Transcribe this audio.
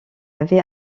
avait